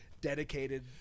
dedicated